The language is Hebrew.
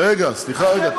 רגע, סליחה רגע.